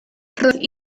roedd